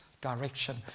direction